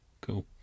cool